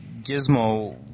Gizmo